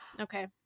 okay